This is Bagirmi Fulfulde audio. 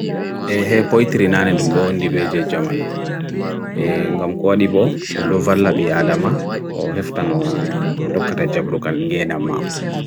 Ehe poitri nane dumdo on di beje jamano, e ngam kwa di bo dumdo valab yadama po heftano utokata jabro ka nge nama ko.